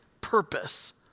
purpose